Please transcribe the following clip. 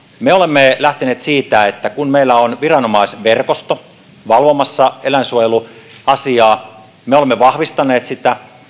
me olemme lähteneet siitä että kun meillä on viranomaisverkosto valvomassa eläinsuojeluasiaa me olemme vahvistaneet sitä